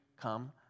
come